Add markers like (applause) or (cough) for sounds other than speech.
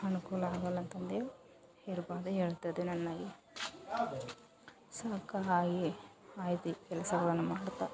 ಅನುಕೂಲ ಆಗಲ್ಲ ಅಂತಂದೇಳಿ ಇರ್ಬೋದು ಹೇಳ್ತದೇ ನನ್ನ ಈ (unintelligible) ಐತಿ ಕೆಲಸಗಳನ್ನು ಮಾಡ್ತಾ